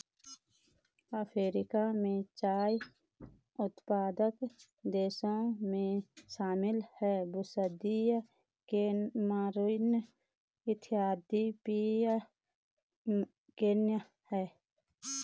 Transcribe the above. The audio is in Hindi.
अफ्रीका में चाय उत्पादक देशों में शामिल हैं बुसन्दी कैमरून इथियोपिया केन्या है